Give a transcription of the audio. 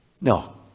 No